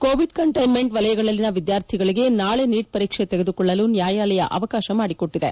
Covid containment ವಲಯಗಳಲ್ಲಿನ ವಿದ್ಯಾರ್ಥಿಗಳಿಗೆ ನಾಳೆ ನೀಟ್ ಪರೀಕ್ಷೆ ತೆಗೆದುಕೊಳ್ಲಲು ನ್ನಾಯಾಲಯ ಅವಕಾಶ ಮಾಡಿಕೊಟ್ಲಿದೆ